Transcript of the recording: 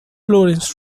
florence